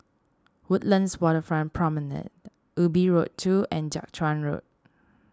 Woodlands Waterfront Promenade Ubi Road two and Jiak Chuan Road